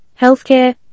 healthcare